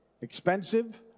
expensive